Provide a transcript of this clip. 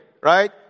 right